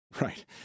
Right